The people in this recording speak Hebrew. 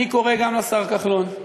אני קורא גם לשר כחלון,